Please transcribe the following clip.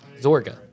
Zorga